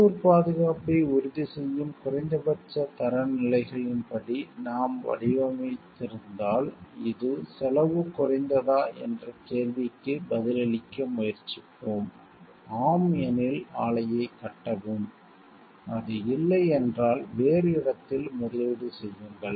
உள்ளூர் பாதுகாப்பை உறுதிசெய்யும் குறைந்தபட்ச தரநிலைகளின்படி நாம் வடிவமைத்திருந்தால் இது செலவு குறைந்ததா என்ற கேள்விக்கு பதிலளிக்க முயற்சிப்போம் ஆம் எனில் ஆலையை கட்டவும் அது இல்லை என்றால் வேறு இடத்தில் முதலீடு செய்யுங்கள்